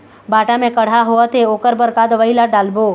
भांटा मे कड़हा होअत हे ओकर बर का दवई ला डालबो?